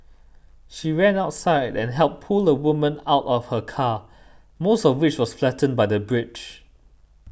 she ran outside and helped pull a woman out of her car most of which was flattened by the bridge